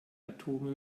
atome